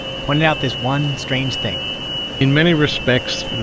pointed out this one strange thing in many respects,